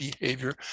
behavior